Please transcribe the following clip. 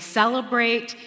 celebrate